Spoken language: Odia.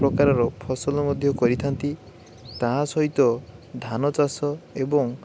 ପ୍ରକାରର ଫସଲ ମଧ୍ୟ କରିଥାନ୍ତି ତାହା ସହିତ ଧାନ ଚାଷ ଏବଂ